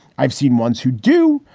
i've seen ones who do.